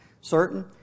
certain